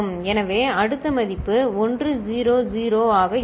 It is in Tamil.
எனவே அடுத்த மதிப்பு 1 0 0 ஆக இருக்கும்